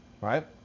right